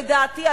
לדעתי,